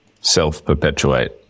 self-perpetuate